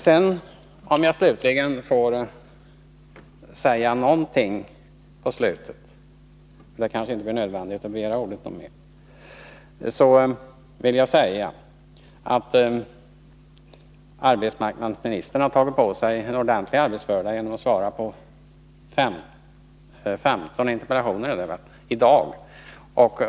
Jag vill slutligen säga — det blir kanske inte nödvändigt för mig att begära ordet mer i denna debatt — att arbetsmarknadsministern har tagit på sig en ordentlig arbetsbörda genom att svara på 15 interpellationer i dag.